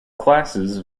classes